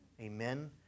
amen